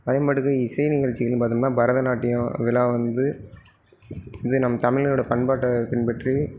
அதேமாட்டுக்கு இசை நிகழ்ச்சின்னு பார்த்தோம்னா பரதநாட்டியம் இதெல்லாம் வந்து இது நம்ம தமிழரோட பண்பாட்டை பின்பற்றி